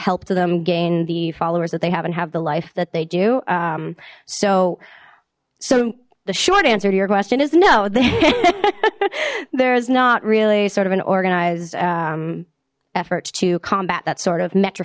helped them gain the followers that they haven't have the life that they do so so the short answer to your question is no then there's not really sort of an organized effort to combat that sort of metra